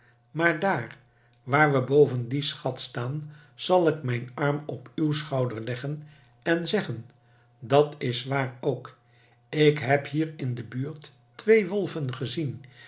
maar daar waar we boven dien schat staan zal ik mijn arm op uw schouder leggen en zeggen dat is waar ook ik heb hier in de buurt twee wolven gezien